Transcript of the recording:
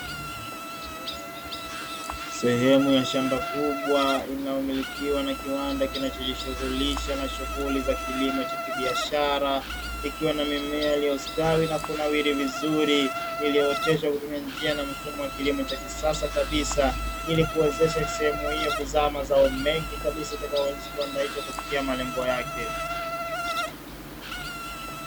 Sehemu ya shamba kubwa inayomilikiwa na kiwanda kinachojishughulisha na shughuli za kilimo cha kibiashara ikiwa na mimea, iliyostawi na kunawiri vizuri iliyooteshwa kutumia njia na mfumo wa kilimo cha kisasa kabisa ili kuwezesha sehemu hiyo kuzaa mazao mengi kabisa itakayo wezesha kiwanda hicho kufikia malengo yake.